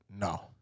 No